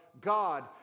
god